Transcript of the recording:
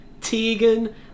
Tegan